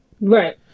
right